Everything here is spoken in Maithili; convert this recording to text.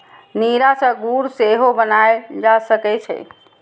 नीरा सं गुड़ सेहो बनाएल जा सकै छै